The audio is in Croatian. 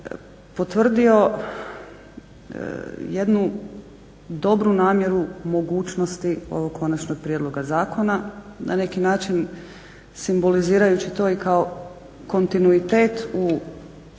potvrdio jednu dobru namjeru mogućnosti ovog konačnog prijedloga zakona. Na neki način simbolizirajući to i kao kontinuitet u korištenju